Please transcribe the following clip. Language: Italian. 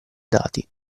dati